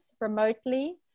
remotely